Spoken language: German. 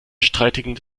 streitigen